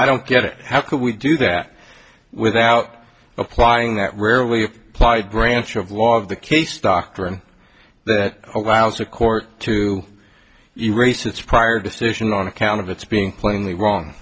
i don't get it how could we do that without applying that rarely applied branch of law of the case doctrine that allows a court to erase its prior decision on account of its being plainly wrong